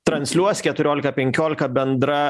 transliuos keturiolika penkiolika bendra